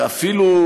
ואפילו,